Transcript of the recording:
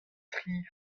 tri